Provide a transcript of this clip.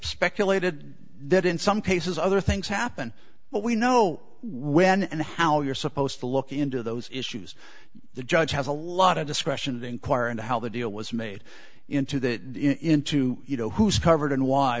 speculated that in some cases other things happen but we know when and how you're supposed to look into those issues the judge has a lot of discretion to inquire into how the deal was made into that into you know who's covered and why